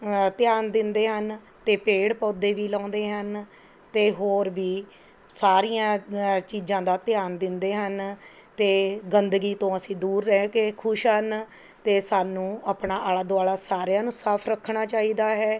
ਧਿਆਨ ਦਿੰਦੇ ਹਨ ਅਤੇ ਪੇੜ ਪੌਦੇ ਵੀ ਲਾਉਂਦੇ ਹਨ ਅਤੇ ਹੋਰ ਵੀ ਸਾਰੀਆਂ ਚੀਜ਼ਾਂ ਦਾ ਧਿਆਨ ਦਿੰਦੇ ਹਨ ਅਤੇ ਗੰਦਗੀ ਤੋਂ ਅਸੀਂ ਦੂਰ ਰਹਿ ਕੇ ਖੁਸ਼ ਹਨ ਅਤੇ ਸਾਨੂੰ ਆਪਣਾ ਆਲ਼ਾ ਦੁਆਲਾ ਸਾਰਿਆਂ ਨੂੰ ਸਾਫ਼ ਰੱਖਣਾ ਚਾਹੀਦਾ ਹੈ